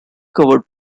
covered